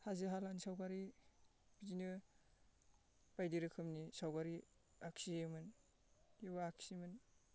हाजो हालानि सावगारि बिदिनो बायदि रोखोमनि सावगारि आखियोमोन बेबो आखियोमोन